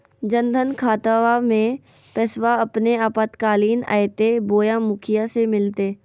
जन धन खाताबा में पैसबा अपने आपातकालीन आयते बोया मुखिया से मिलते?